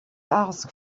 ask